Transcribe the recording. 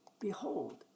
behold